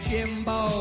Jimbo